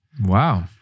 Wow